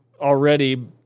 already